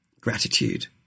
gratitude